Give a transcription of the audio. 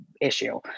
issue